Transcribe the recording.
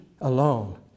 alone